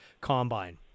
combine